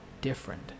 different